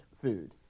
food